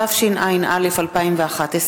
התשע”א 2011,